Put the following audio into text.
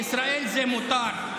לא, בישראל זה מותר.